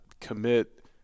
commit